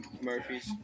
Murphy's